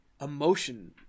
emotion